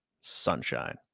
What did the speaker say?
sunshine